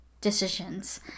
decisions